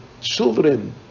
children